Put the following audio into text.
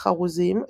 חרוזים,